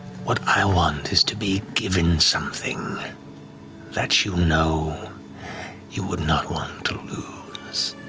what i want is to be given something that you know you would not want to lose.